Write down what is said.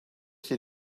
sydd